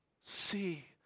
See